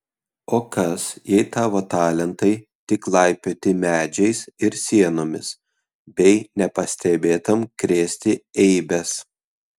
o kas jei tavo talentai tik laipioti medžiais ir sienomis bei nepastebėtam krėsti eibes